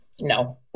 No